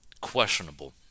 questionable